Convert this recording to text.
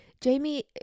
Jamie